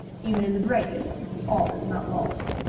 even in the grave all is not lost.